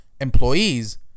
employees